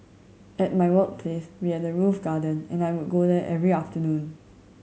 at my workplace we had a roof garden and I would go there every afternoon